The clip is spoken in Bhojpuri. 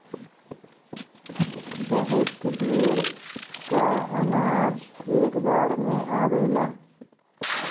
बहुत ढेर क अनाज एक बार में आवेला